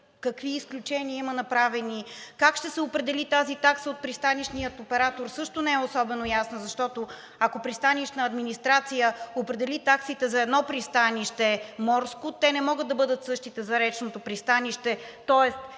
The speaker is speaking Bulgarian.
какви изключения има направени. Как ще се определи тази такса от пристанищния оператор, също не е особено ясно, защото, ако „Пристанищна администрация“ определи таксите за едно морско пристанище, те не могат да бъдат същите за речното пристанище.